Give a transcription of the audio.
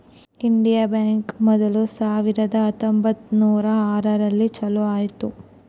Indian bank ಮೊದ್ಲು ಸಾವಿರದ ಹತ್ತೊಂಬತ್ತುನೂರು ಆರು ರಲ್ಲಿ ಚಾಲೂ ಆಯ್ತು